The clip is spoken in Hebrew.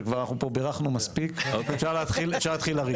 שאנחנו כבר בירכנו מספיק ואפשר להתחיל לריב.